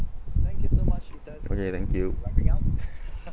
okay thank you